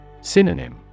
Synonym